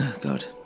God